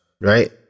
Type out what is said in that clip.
right